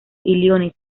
illinois